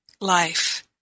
life